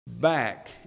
back